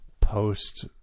post-